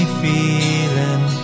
feeling